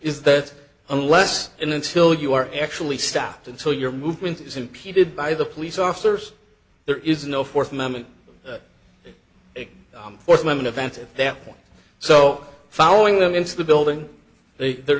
is that unless and until you are actually stopped until your movement is impeded by the police officers there is no fourth amendment and i'm for them an event at that point so following them into the building they there